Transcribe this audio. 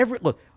Look